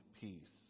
peace